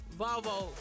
Volvo